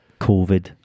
Covid